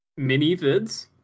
minivids